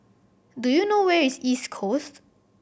do you know where is East Coast